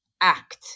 act